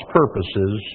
purposes